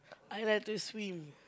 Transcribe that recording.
I like to swim